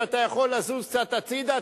אם אתה יכול לזוז קצת הצדה,